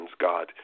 God